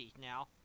now